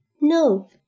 No